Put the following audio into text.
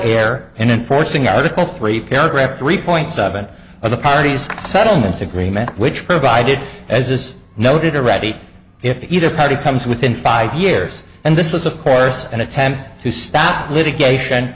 err and enforcing article three paragraph three point seven of the parties settlement agreement which provided as is noted are ready if either party comes within five years and this was of course an attempt to stop litigation